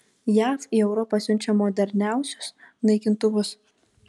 jav į europą siunčia moderniausius naikintuvus